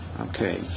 Okay